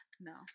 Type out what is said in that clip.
No